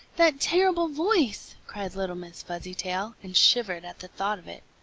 that terrible voice! cried little miss fuzzytail, and shivered at the thought of it.